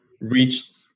reached